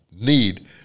need